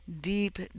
deep